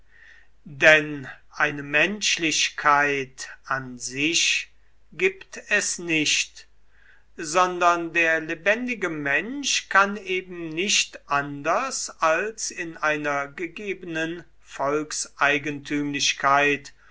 denn eine menschlichkeit an sich gibt es nicht sondern der lebendige mensch kann eben nicht anders als in einer gegebenen